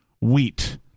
wheat